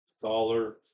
dollar